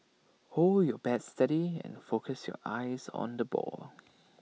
hold your bat steady and focus your eyes on the ball